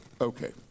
okay